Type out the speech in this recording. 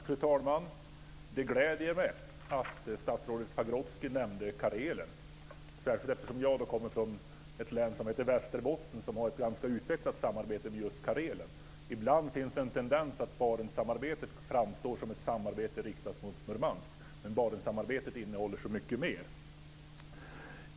Fru talman! Det gläder mig att statsrådet Pagrotsky nämnde Karelen. Jag kommer ju från ett län som heter Västerbotten och som har ett ganska utvecklat samarbete med just Karelen. Ibland finns en tendens att Barentssamarbetet framstår som ett samarbete riktat mot Murmansk. Men Barentssamarbetet innehåller så mycket mer.